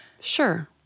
Sure